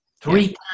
Three